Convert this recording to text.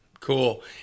Cool